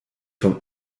vom